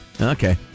Okay